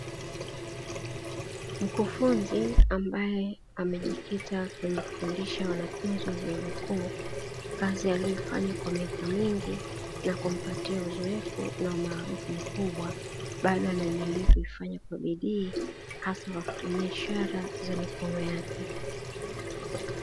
Mkufunzi ambaye amejikita kwenye kufundisha wanafunzi wa vyuo vikuu, kazi aliyoifanya kwa miaka mingi na kumpatia uzoefu na umaarufu mkubwa, bado naendelea kuifanya kwa bidii hasa wa kutumia ishara za mikono yake.